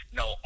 no